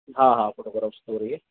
हाँ हाँ फोटोग्राफर से हो रही है